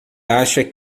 acha